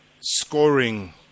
scoring